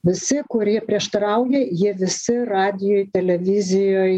visi kurie prieštarauja jie visi radijoj televizijoj